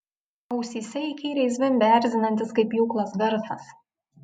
ausyse įkyriai zvimbė erzinantis kaip pjūklas garsas